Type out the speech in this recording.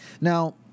Now